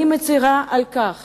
אני מצרה על כך